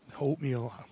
Oatmeal